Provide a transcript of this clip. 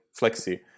flexi